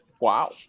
Wow